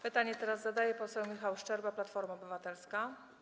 Pytanie teraz zadaje poseł Michał Szczerba, Platforma Obywatelska.